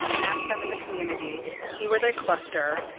map them in the community, see where they cluster,